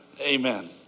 Amen